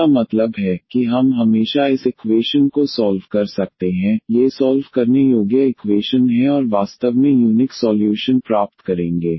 इसका मतलब है कि हम हमेशा इस इक्वेशन को सॉल्व कर सकते हैं ये सॉल्व करने योग्य इक्वेशन हैं और वास्तव में यूनिक सॉल्यूशन प्राप्त करेंगे